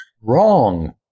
Wrong